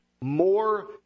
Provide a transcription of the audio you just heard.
more